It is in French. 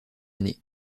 année